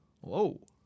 Whoa